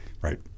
Right